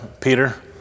Peter